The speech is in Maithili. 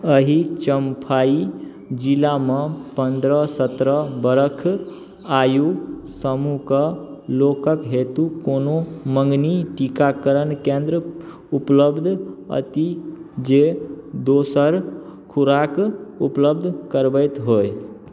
एहि चम्फाइ जिलामे पनरह सतरह बरख आयु समूहके लोकके हेतु कोनो मँगनी टीकाकरण केन्द्र उपलब्ध अछि जे दोसर खोराक उपलब्ध करबैत होइ